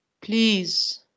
please